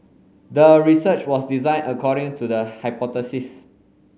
the research was designed according to the hypothesis